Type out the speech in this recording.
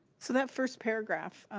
so that first paragraph,